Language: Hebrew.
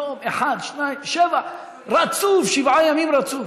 יום אחד, שניים, שבעה, שבעה ימים רצוף?